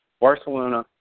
Barcelona